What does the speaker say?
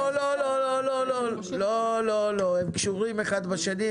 לא, הם קשורים האחד בשני.